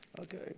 Okay